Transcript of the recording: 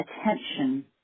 attention